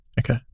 Okay